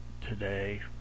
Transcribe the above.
today